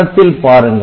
படத்தில் பாருங்கள்